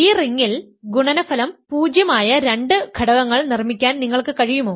ഈ റിംഗിൽ ഗുണനഫലം 0 ആയ രണ്ട് ഘടകങ്ങൾ നിർമ്മിക്കാൻ നിങ്ങൾക്ക് കഴിയുമോ